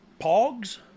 Pogs